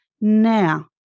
Now